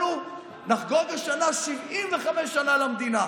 אנחנו נחגוג השנה 75 שנה למדינה,